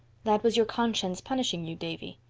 that was your conscience punishing you, davy.